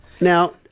Now